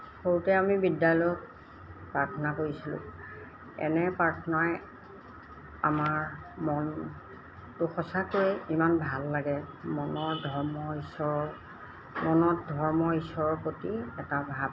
সৰুতে আমি বিদ্যালয়ত প্ৰাৰ্থনা কৰিছিলোঁ এনে প্ৰাৰ্থনাই আমাৰ মনটো সঁচাকৈয়ে ইমান ভাল লাগে মনৰ ধৰ্ম ঈশ্বৰৰ মনত ধৰ্ম ঈশ্বৰৰ প্ৰতি এটা ভাব